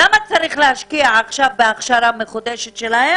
אני לא מבינה למה צריך להשקיע עכשיו בהכשרה מחודשת שלהם,